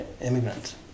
immigrants